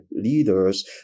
leaders